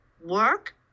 work